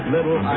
Little